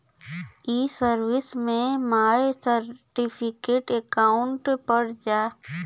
ई सर्विस में my certificate account पर जा